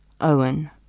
Owen